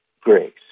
Grace